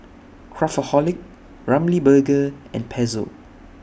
Craftholic Ramly Burger and Pezzo